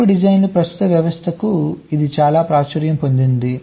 chip డిజైన్లపై ప్రస్తుత వ్యవస్థకు ఇది చాలా ప్రాచుర్యం పొందింది